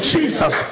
Jesus